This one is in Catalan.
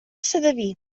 sedaví